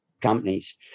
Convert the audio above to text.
companies